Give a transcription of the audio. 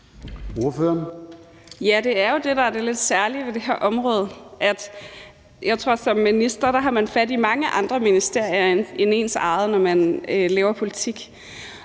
Det er jo det, der er det lidt særlige ved det her område. Jeg tror, at man som minister har fat i mange andre ministerier end sit eget, når man laver politik.